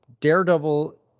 Daredevil